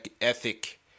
ethic